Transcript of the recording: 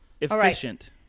Efficient